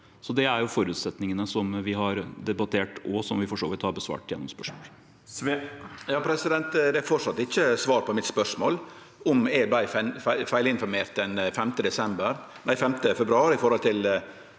Det er jo forutsetningene som vi har debattert, og som vi for så vidt har besvart gjennom spørsmålet.